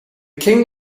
king